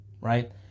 right